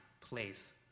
place